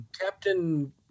captain